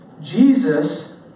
Jesus